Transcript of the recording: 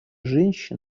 женщин